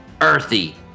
Earthy